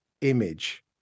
image